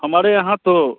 हमारे यहाँ तो